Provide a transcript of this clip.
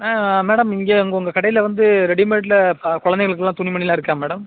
ஆ madam இங்கே உங்கள் கடையில் வந்து ரெடிமேட்டில் க கொழந்தைங்களுக்குலாம் துணிமணியெலாம் இருக்கா மேடம்